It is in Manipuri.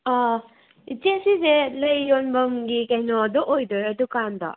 ꯑꯥ ꯏꯆꯦ ꯁꯤꯁꯦ ꯂꯩ ꯌꯣꯟꯐꯝꯒꯤ ꯀꯩꯅꯣꯗꯨ ꯑꯣꯏꯗꯣꯏꯔꯥ ꯗꯨꯀꯥꯟꯗꯣ